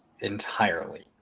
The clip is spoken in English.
entirely